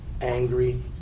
angry